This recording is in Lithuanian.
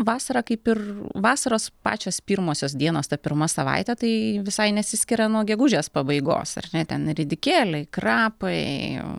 vasarą kaip ir vasaros pačios pirmosios dienos ta pirma savaitė tai visai nesiskiria nuo gegužės pabaigos ar ne ten ridikėliai krapai